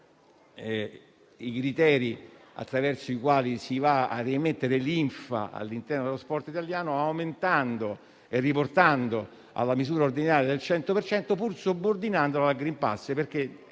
criteri attraverso i quali si va a reimmettere linfa all'interno dello sport italiano, aumentandola e riportandola alla misura ordinaria del 100 per cento, pur subordinandola al *green pass*.